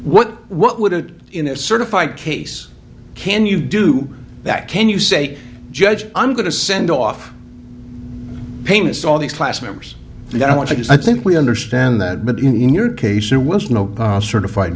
what what would it in a certified case can you do that can you say judge i'm going to send off payments all these class members and i want to i think we understand that but in your case there was no certified